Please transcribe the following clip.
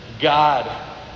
God